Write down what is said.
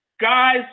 guys